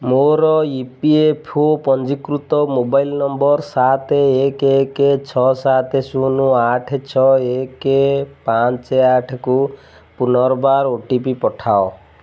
ମୋର E P F O ପଞ୍ଜୀକୃତ mobile number ସାତ ଏକ ଏକ ଛଅ ସାତ ଶୂନ ଆଠ ଛଅ ଏକ ପାଞ୍ଚ ଆଠକୁ ପୁନର୍ବାର ଓ ଟି ପି ପଠାଅ